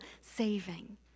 saving